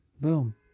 Boom